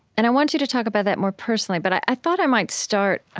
and i want you to talk about that more personally. but i thought i might start